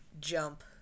jump